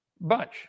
bunch